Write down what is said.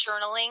journaling